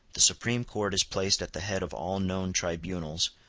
the supreme court is placed at the head of all known tribunals,